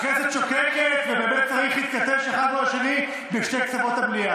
הכנסת שוקקת ובאמת צריך להתכתש אחד מול השני בשני קצוות המליאה.